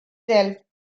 delft